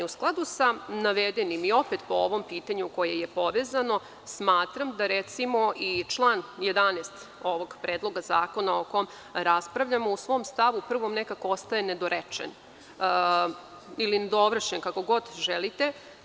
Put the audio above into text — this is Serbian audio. U skladu sa navedenim i opet po ovom pitanju koje je povezano, smatram da, recimo, i član 11. ovog Predloga zakona o kom raspravljamo u stavu 1. nekako ostaje nedorečen ili nedovršen, kako god želite.